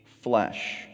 flesh